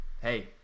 Hey